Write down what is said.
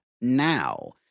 now